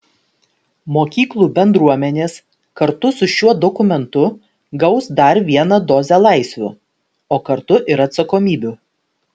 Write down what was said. mokyklų bendruomenės kartu su šiuo dokumentu gaus dar vieną dozę laisvių o kartu ir atsakomybių